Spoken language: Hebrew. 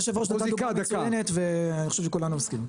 היושב-ראש נתן דוגמה מצוינת ואני חושב שכולנו מסכימים.